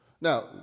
Now